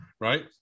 right